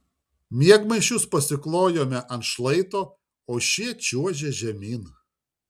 miegmaišius pasiklojome ant šlaito o šie čiuožė žemyn